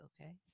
Okay